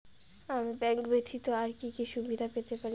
আমি ব্যাংক ব্যথিত আর কি কি সুবিধে পেতে পারি?